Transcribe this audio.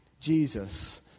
Jesus